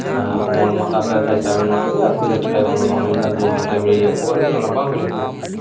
ᱢᱚᱱ ᱢᱟᱛᱟᱣᱛᱮ ᱴᱟᱭᱤᱢ ᱮᱢ ᱱᱚᱥᱴᱚ ᱠᱮᱫᱟ ᱠᱤᱱᱛᱩ ᱡᱮᱴᱩᱠᱩ ᱴᱟᱭᱤᱢ ᱟᱢᱮᱢ ᱢᱚᱱᱮ ᱞᱮᱫᱟ ᱡᱮ ᱤᱧ ᱱᱤᱭᱟᱹ ᱴᱟᱭᱤᱢ ᱨᱮ ᱩᱯᱚᱠᱟᱨ ᱦᱩᱭᱩᱜ ᱛᱤᱧᱟ ᱚᱱᱟ ᱵᱟᱝ ᱦᱩᱭ ᱞᱮᱱ ᱛᱟᱢᱟ